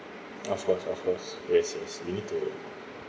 of course of course yes yes we need to